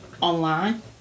online